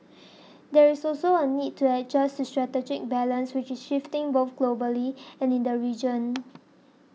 there is also a need to adjust to strategic balance which is shifting both globally and in the region